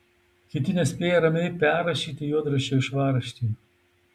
kiti nespėja ramiai perrašyti juodraščio į švarraštį